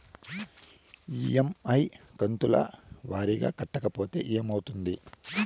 EMI కంతుల వారీగా కట్టకపోతే ఏమవుతుంది?